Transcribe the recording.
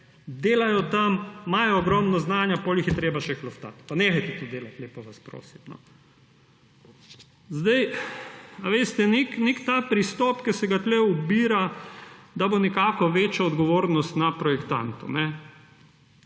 delajo tam, imajo ogromno znanja, potem jih je treba še klofutati. Nehajte to delati, lepo vas prosim. Veste, pristop, kot se ga tukaj ubira, da bo nekako večja odgovornost na projektantu,